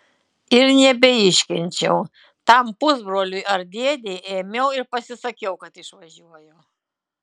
ir nebeiškenčiau tam pusbroliui ar dėdei ėmiau ir pasisakiau kad išvažiuoju